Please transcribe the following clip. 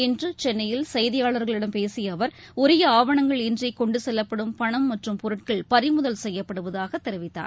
இன்றுசென்னையில் செய்தியாளர்களிடம் பேசியஅவர் உரியஆவணங்கள் இன்றிகொண்டுசெல்லப்படும் பணம் மற்றும் பொருட்கள் பறிமுதல் செய்யப்படுவதாகதெரிவித்தார்